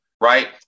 Right